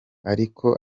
ariko